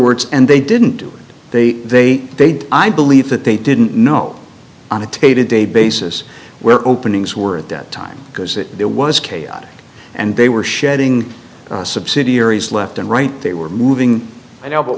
words and they didn't do they they they did i believe that they didn't know on a table day basis where openings were at that time because it was chaotic and they were shedding subsidiaries left and right they were moving you know